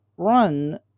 run